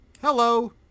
Hello